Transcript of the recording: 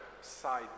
side